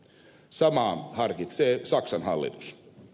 samaa harkitsee saksan hallitus